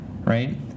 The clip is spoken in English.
right